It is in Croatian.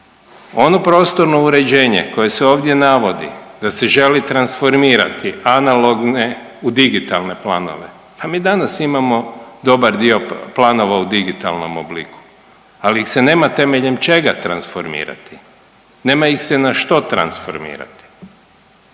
Ono prostorno uređenje koje se ovdje navodi da se želi transformirati analogne u digitalne planove, pa mi danas imamo dobar dio planova u digitalnom obliku, ali ih se nema temeljem čega transformirati, nema ih se na što transformirati.